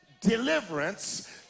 deliverance